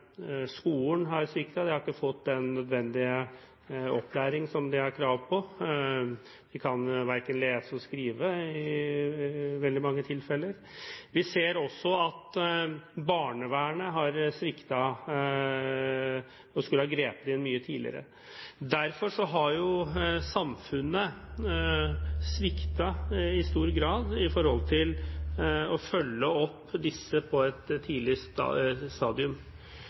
skolen sviktet, de har ikke fått den nødvendige opplæring de har krav på, de kan verken lese eller skrive i veldig mange tilfeller. Vi ser også at barnevernet har sviktet og skulle ha grepet inn mye tidligere. Derfor har samfunnet i stor grad sviktet når det gjelder å følge opp disse på et tidlig stadium.